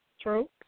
true